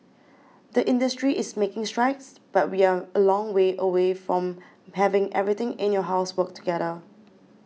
the industry is making strides but we are a long way away from having everything in your house work together